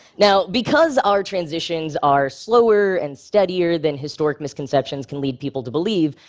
now, because our transitions are slower and steadier than historic misconceptions can lead people to believe,